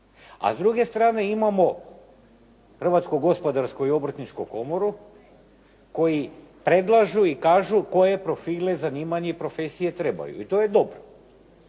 A s druge strane imamo Hrvatsku gospodarsku i obrtničku komoru koji predlažu i kažu koje profile i zanimanja i profesije trebaju. I to je dobro.